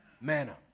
Manna